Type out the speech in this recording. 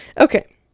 Okay